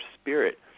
spirit